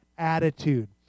attitude